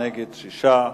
בעד, 27, נגד, 6,